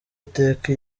iteka